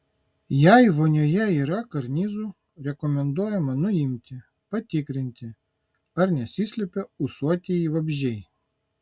jei vonioje yra karnizų rekomenduojama nuimti patikrinti ar nesislepia ūsuotieji vabzdžiai